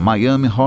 Miami